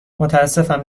متاسفم